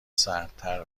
سردتر